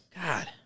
God